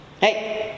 hey